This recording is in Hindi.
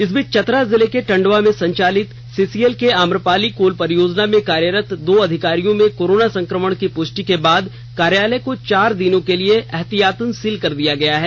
इस बीच चतरा जिले के टंडवा में संचालित सीसीएल के आम्रपाली कोल परियोजना में कार्यरत दो अधिकारियों में कोरोना संक्रमण की पुष्टि के बाद कार्यालय को चार दिनों के लिए एहतियातन सील कर दिया गया है